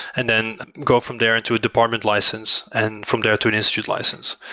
and then go from there into a department license, and from there to an institute license.